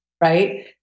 right